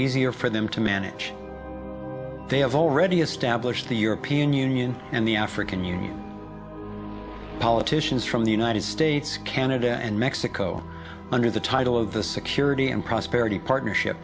easier for them to manage they have already established the european union and the african union politicians from the united states canada and mexico under the title of the security and prosperity partnership